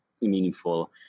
meaningful